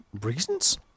reasons